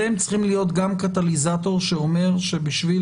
אתם צריכים להיות גם קטליזטור שאומר שבשביל